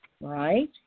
right